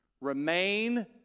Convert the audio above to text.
Remain